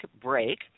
break